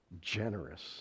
generous